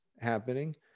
happening